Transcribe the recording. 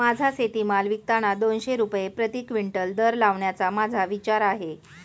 माझा शेतीमाल विकताना दोनशे रुपये प्रति क्विंटल दर लावण्याचा माझा विचार आहे